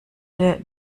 der